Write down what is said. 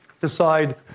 decide